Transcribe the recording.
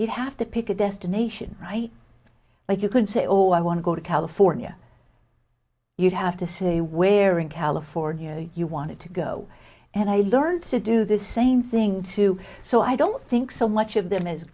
you have to pick a destination right like you could say or i want to go to california you'd have to say where in california you wanted to go and i learned to do the same thing too so i don't think so much of them as